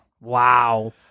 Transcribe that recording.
wow